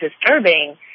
disturbing